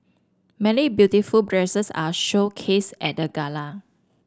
many beautiful dresses are showcased at the gala